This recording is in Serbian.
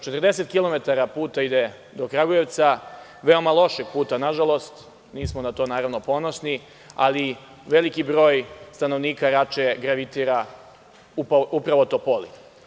Do Kragujevca ide 40 kilometara puta, veoma lošeg puta nažalost, nismo na to naravno ponosni, ali veliki broj stanovnika Rače gravitira upravo u Topoli.